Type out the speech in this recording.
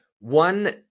one